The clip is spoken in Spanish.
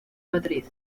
madrid